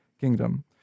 kingdom